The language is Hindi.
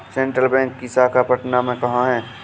सेंट्रल बैंक की शाखा पटना में कहाँ है?